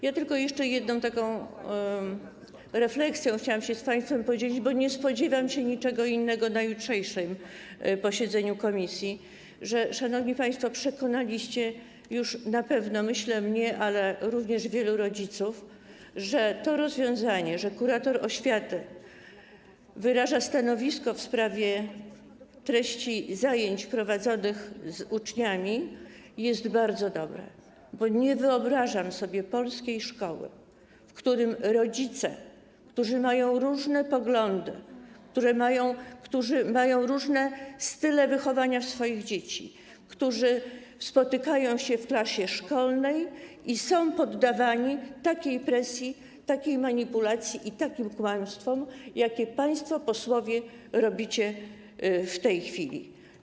Ja tylko jeszcze jedną taką refleksją chciałam się z państwem podzielić, bo nie spodziewam się niczego innego na jutrzejszym posiedzeniu komisji, że szanowni państwo przekonaliście już na pewno mnie, ale również wielu rodziców, że rozwiązanie polegające na tym, że kurator oświaty wyraża stanowisko w sprawie treści zajęć prowadzonych z uczniami, jest bardzo dobre, bo nie wyobrażam sobie polskiej szkoły, w której rodzice, którzy mają różne poglądy, którzy mają różne style wychowania swoich dzieci, spotykają się w klasie szkolnej i są poddawani takiej presji, takiej manipulacji i takim kłamstwom, jak państwo posłowie robicie to w tej chwili.